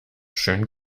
schönen